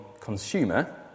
consumer